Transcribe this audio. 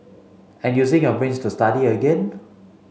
and using your brains to study again